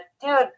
dude